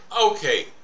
Okay